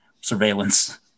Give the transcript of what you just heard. surveillance